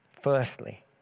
Firstly